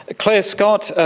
ah clare scott,